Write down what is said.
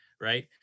right